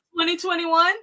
2021